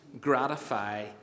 gratify